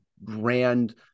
brand